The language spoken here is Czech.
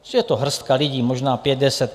Je to hrstka lidí, možná pět, deset.